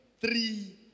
three